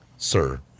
Sir